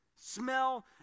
smell